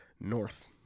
north